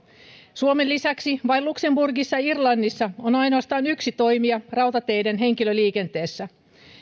suomen lisäksi vain luxemburgissa ja irlannissa on ainoastaan yksi toimija rautateiden henkilöliikenteessä